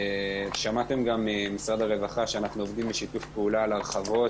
שמעתם גם ממשרד הרווחה שאנחנו עובדים בשיתוף פעולה על הרחבות,